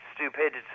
stupidity